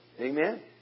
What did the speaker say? Amen